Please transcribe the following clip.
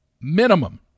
minimum